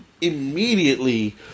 immediately